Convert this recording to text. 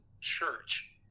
Church